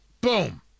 boom